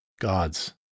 Gods